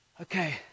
Okay